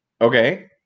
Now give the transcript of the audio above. Okay